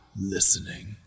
listening